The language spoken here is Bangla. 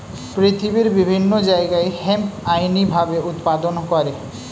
পৃথিবীর বিভিন্ন জায়গায় হেম্প আইনি ভাবে উৎপাদন করে